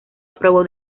aprobó